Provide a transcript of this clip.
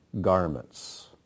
garments